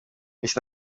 miss